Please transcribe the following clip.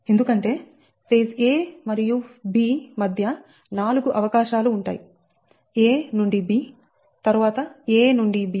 ఎందుకంటే phase a మరియు b మధ్య 4 అవకాశాలు ఉంటాయి a నుండి b తరువాత a నుండి b